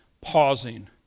pausing